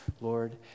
Lord